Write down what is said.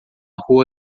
rua